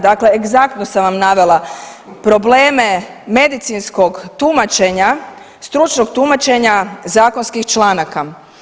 Dakle, egzaktno sam vam navela probleme medicinskog tumačenja, stručnog tumačenja zakonskih članaka.